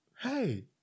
Hey